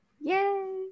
Yay